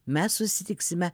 mes susitiksime